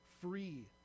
free